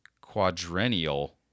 quadrennial